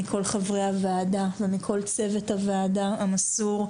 מכל חברי הוועדה ומכל צוות הוועדה המסור,